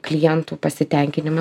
klientų pasitenkinimą